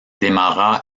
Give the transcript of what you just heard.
démarra